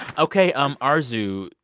ok, um arezou,